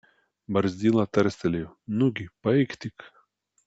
barzdyla tarstelėjo nugi paeik tik